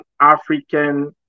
African